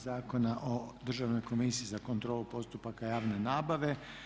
Zakona o Državnoj komisiji za kontrolu postupaka javne nabave.